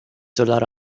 دلار